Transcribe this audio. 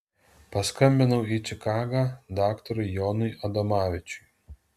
paskambinau į čikagą daktarui jonui adomavičiui